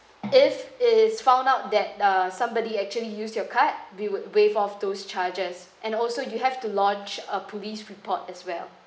if it is found out that uh somebody actually use your card we would waive off those charges and also you have to lodge a police report as well